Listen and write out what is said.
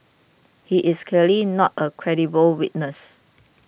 he is clearly not a credible witness